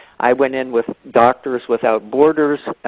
i went in with doctors without borders.